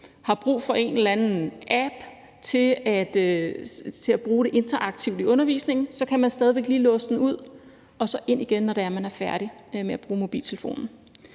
har brug for en eller anden app til at bruge interaktivt i undervisningen, så kan man stadig lige låse den ud og ind igen, når man er færdig med at bruge mobiltelefonen.